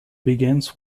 begins